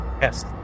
Yes